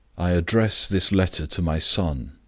i address this letter to my son,